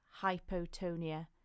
hypotonia